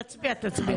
תצביע, תצביע.